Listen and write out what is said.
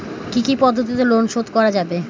কি কি পদ্ধতিতে লোন শোধ করা যাবে?